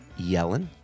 Yellen